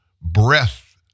breath